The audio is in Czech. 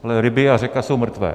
Ale ryby a řeka jsou mrtvé.